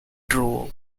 drool